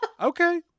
Okay